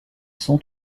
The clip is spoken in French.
sont